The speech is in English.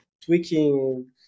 tweaking